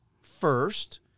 first